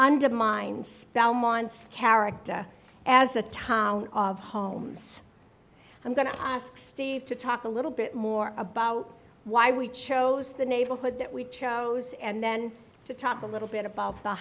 undermines character as the town of homes i'm going to ask steve to talk a little bit more about why we chose the neighborhood that we chose and then to top a little bit of the